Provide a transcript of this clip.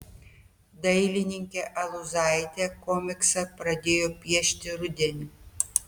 dailininkė aluzaitė komiksą pradėjo piešti rudenį